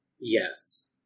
Yes